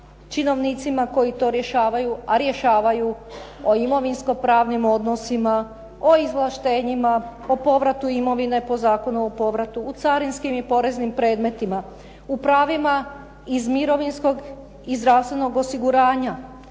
činovnicima koji to rješavaju, a rješavaju o imovinsko pravnim odnosima, o izvlaštenjima, o povratu imovine po Zakonu o povratu, o carinskim i poreznim predmetima, u prvima iz mirovinskog i zdravstvenog osiguranja,